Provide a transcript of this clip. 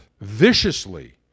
viciously